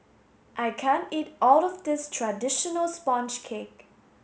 I can't eat all of this traditional sponge cake